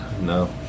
No